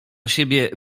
siebie